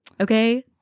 okay